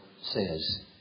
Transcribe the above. says